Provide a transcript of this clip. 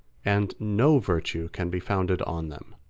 and no virtue can be founded on them.